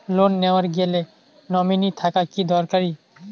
Loan নেওয়ার গেলে nominee থাকা কি দরকারী?